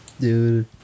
dude